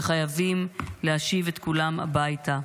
וחייבים להשיב את כולם הביתה.